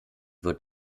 wird